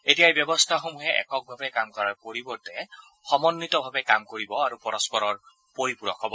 এতিয়া এই ব্যৱস্থাসমূহে এককভাৱে কাম কৰাৰ পৰিৱৰ্তে সমূহীয়াভাৱে কাম কৰিব আৰু পৰস্পৰৰ পৰিপূৰক হ'ব